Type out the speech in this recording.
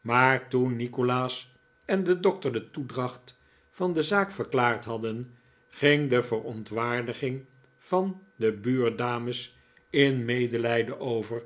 maar toen nikolaas en de dokter de toedracht van de zaak verklaard hadden ging de verontwaardiging van de buurdames in medelijden over